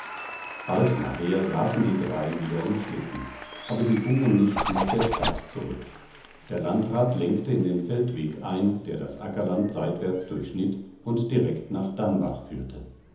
bald nachher saßen die drei wieder im schlitten aber sie fuhren nicht nach der stadt zurück der landrat lenkte in den feldweg ein der das ackerland seitwärts durchschnitt und direkt nach dambach führte